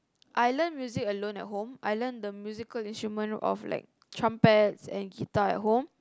I learn music alone at home I learn the musical instrument of like trumpets and guitar at home